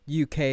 UK